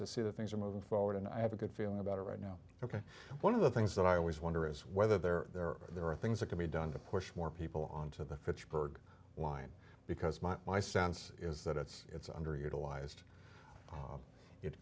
see that things are moving forward and i have a good feeling about it right now ok one of the things that i always wonder is whether there are there are things that can be done to push more people on to the fitchburg line because my sense is that it's it's underutilized it